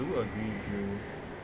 do agree with you